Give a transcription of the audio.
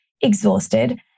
exhausted